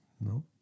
No